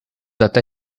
até